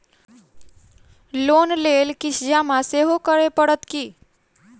Loan लेल किछ जमा सेहो करै पड़त की?